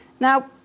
Now